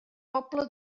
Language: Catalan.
poble